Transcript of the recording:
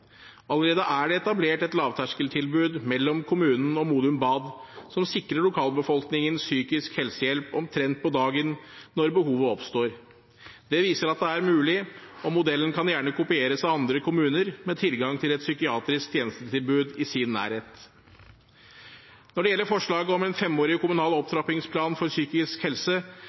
Allerede er det etablert et lavterskeltilbud i samarbeid mellom kommunen og Modum Bad, som sikrer lokalbefolkningen psykisk helsehjelp omtrent på dagen – når behovet oppstår. Det viser at det er mulig, og modellen kan gjerne kopieres av andre kommuner med tilgang til et psykiatrisk tjenestetilbud i sin nærhet. Når det gjelder forslaget om en femårig kommunal opptrappingsplan for psykisk helse,